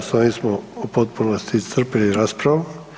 Evo, s ovim smo u potpunosti iscrpili raspravu.